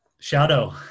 shadow